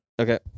Okay